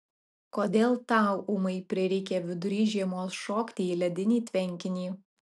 kodėl tau ūmai prireikė vidury žiemos šokti į ledinį tvenkinį